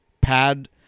pad